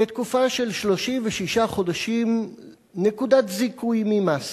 לתקופה של 36 חודשים נקודת זיכוי ממס.